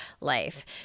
life